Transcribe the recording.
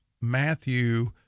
Matthew